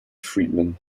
friedman